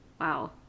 Wow